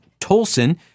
Tolson